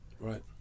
Right